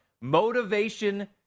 Motivation